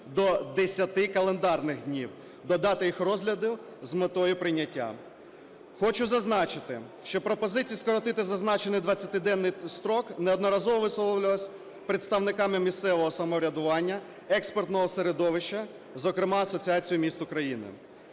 до 10 календарних днів до дати їх розгляду з метою прийняття. Хочу зазначити, що пропозиції скоротити зазначений 20-денний строк неодноразово висловлювалися представниками місцевого самоврядування, експертного середовища, зокрема Асоціацією міст України.